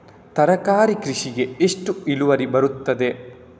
ತರಕಾರಿ ಕೃಷಿಗೆ ಎಷ್ಟು ಇಳುವರಿ ಬರುತ್ತದೆ?